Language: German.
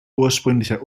ursprünglicher